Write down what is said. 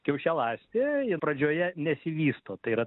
kiaušialąstė pradžioje nesivysto tai yra